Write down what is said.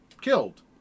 killed